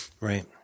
right